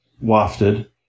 wafted